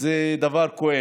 זה דבר כואב.